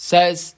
Says